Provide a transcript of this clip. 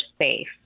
safe